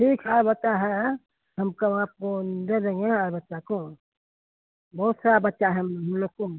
ठीक है बच्चा है है हमको आपको दे देंगे हमारे बच्चा को बहुत सारा बच्चा है हम लोग को